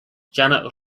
janet